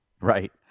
Right